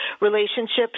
relationships